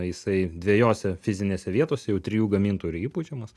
jisai dvejose fizinėse vietose jau trijų gamintojų yra įpučiamas